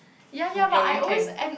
ya we can